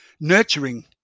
nurturing